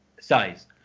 size